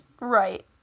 Right